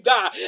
God